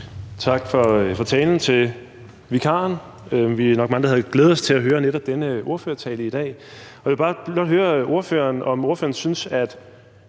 Tak til vikaren for talen. Vi er nok mange, der havde glædet os til at høre netop denne ordførertale i dag. Og jeg vil bare høre ordføreren, om ordføreren synes, at